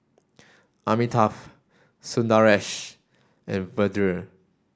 Amitabh Sundaresh and Vedre